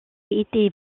été